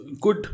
good